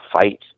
fight